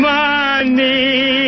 money